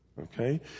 Okay